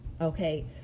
okay